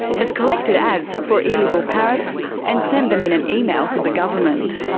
has collected ads for illegal parrots and sent them in an email to the government.